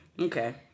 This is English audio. Okay